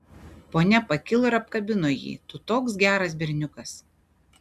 ponia pakilo ir apkabino jį tu toks geras berniukas